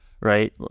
right